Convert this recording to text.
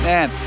Man